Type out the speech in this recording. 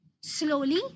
Slowly